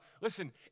listen